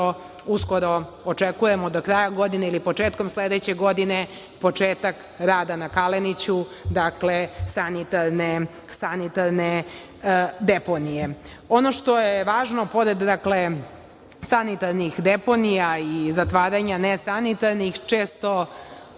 uskoro očekujemo, do kraja godine ili početkom sledeće godine, početak rada na Kaleniću sanitarne deponije. Ono što je važno, pored sanitarnih deponija i zatvaranja nesanitarnih, često